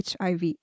HIV